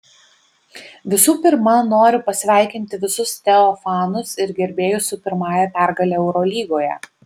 visų pirma noriu pasveikinti visus teo fanus ir gerbėjus su pirmąja pergale eurolygoje